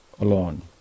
alone